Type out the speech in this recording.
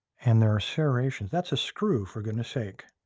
and there are serrations. that's a screw for goodness sake!